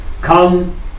come